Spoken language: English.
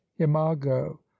imago